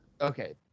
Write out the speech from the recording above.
Okay